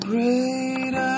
Great